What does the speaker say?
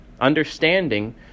Understanding